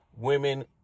women